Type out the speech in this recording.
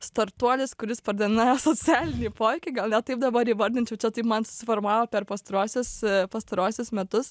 startuolis kuris pardavinėja socialinį poveikį gal net taip dabar įvardinčiau čia tai man susiformavo per pastaruosius pastaruosius metus